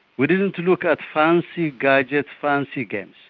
we didn't look at fancy gadgets, fancy games.